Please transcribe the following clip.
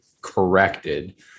corrected